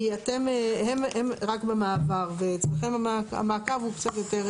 כי הם רק במעבר ואצלכם המעקב הוא קצת יותר